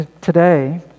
today